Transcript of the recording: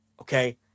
okay